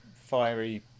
fiery